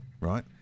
right